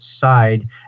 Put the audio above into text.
side